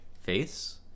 face